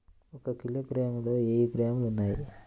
ఒక కిలోగ్రామ్ లో వెయ్యి గ్రాములు ఉన్నాయి